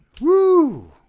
Woo